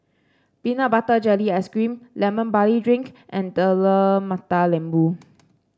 Peanut Butter Jelly Ice cream Lemon Barley Drink and Telur Mata Lembu